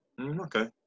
okay